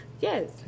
Yes